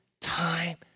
time